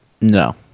no